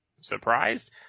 Surprised